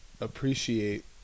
appreciate